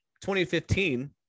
2015